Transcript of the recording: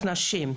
שרצח נשים.